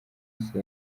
isi